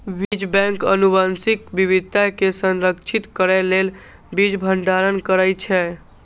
बीज बैंक आनुवंशिक विविधता कें संरक्षित करै लेल बीज भंडारण करै छै